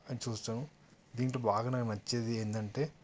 అని చూస్తాను దీంట్లో బాగా నాకు నచ్చేది ఏమిటి అంటే